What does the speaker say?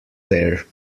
there